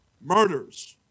murders